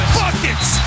buckets